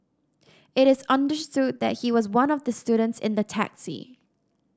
it is understood that he was one of the students in the taxi